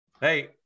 Hey